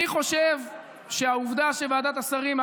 אני חושב שהעובדה שוועדת השרים,